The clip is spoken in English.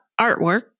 artwork